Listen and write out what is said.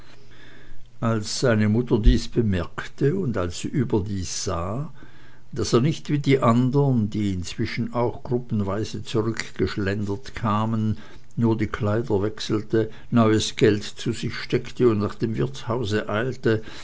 als seine mutter dies bemerkte und als sie überdies sah daß er nicht wie die andern die inzwischen auch gruppenweise zurückgeschlendert kamen nur die kleider wechselte neues geld zu sich steckte und nach dem wirtshause eilte